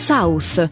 South